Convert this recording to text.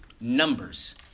numbers